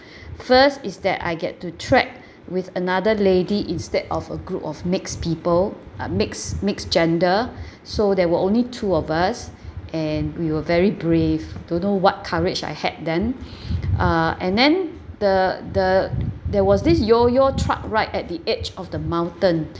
first is that I get to track with another lady instead of a group of mixed people uh mixed mixed gender so there were only two of us and we were very brave don't know what courage I had then uh and then the the there was this yoyo truck right at the edge of the mountain